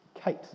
Kate